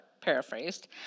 paraphrased